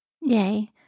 yay